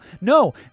No